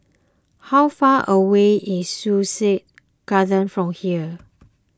how far away is Sussex Garden from here